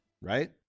right